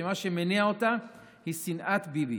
שמה שמניע אותה הוא שנאת ביבי,